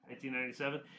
1997